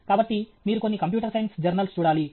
కాబట్టి మీరు కొన్ని కంప్యూటర్ సైన్స్ జర్నల్స్ చూడాలి